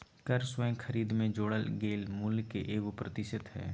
कर स्वयं खरीद में जोड़ल गेल मूल्य के एगो प्रतिशत हइ